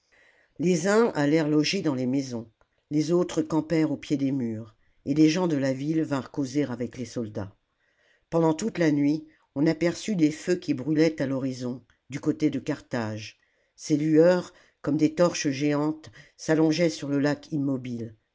les uns allèrent loger dans les maisons les autres campèrent au pied des murs et les gens de la ville vinrent causer avec les soldats pendant toute la nuit on aperçut des feux qui brûlaient à l'horizon du côté de carthage ces lueurs comme des torches géantes s'allongeaient sur le lac immobile